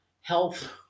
health